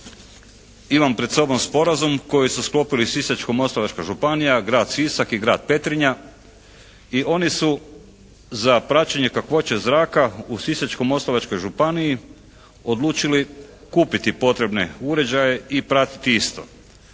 imam pred sobom sporazum koji su sklopili Sisačko-moslavačka županija, grad Sisak i grad Petrinja i oni su za praćenje kakvoće zraka u Sisačko-moslavačkoj županiji odlučili kupiti potrebne uređaje i pratiti isto.